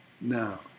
Now